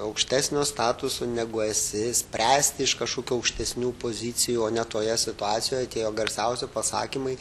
aukštesnio statuso negu esi spręsti iš kažkokių aukštesnių pozicijų o ne toje situacijoj atėjo garsiausi pasakymai